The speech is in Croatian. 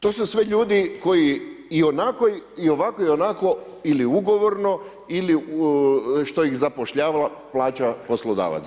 To su sve ljudi koji ionako i ovako i onako ili ugovorno ili što ih zapošljavala plaća poslodavac.